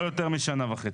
לא יותר משנה וחצי.